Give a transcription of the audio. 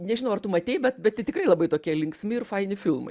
nežinau ar tu matei bet bet tikrai labai tokie linksmi ir faini filmai